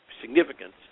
significance